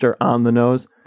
On-the-nose